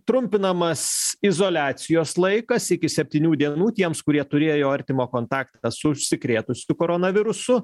trumpinamas izoliacijos laikas iki septynių dienų tiems kurie turėjo artimą kontaktą su užsikrėtusiu koronavirusu